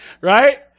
right